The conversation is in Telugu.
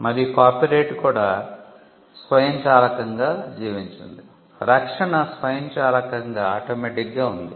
మరియు కాపీరైట్ కూడా స్వయంచాలకంగా జీవించింది రక్షణ స్వయంచాలకంగా ఉంది